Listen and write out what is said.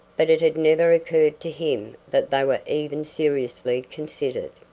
but it had never occurred to him that they were even seriously considered.